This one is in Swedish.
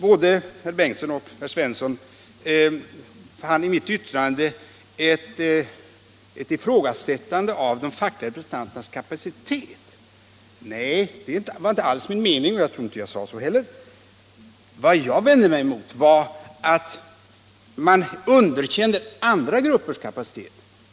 Både herr Bengtsson i Landskrona och herr Svensson i Malmö fann i mitt yttrande ett ifrågasättande av de fackliga representanternas kapacitet. Det var inte alls min mening, och jag tror inte att jag sade så heller. Vad jag vände mig emot var att man underkänner andra gruppers kapacitet.